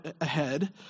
ahead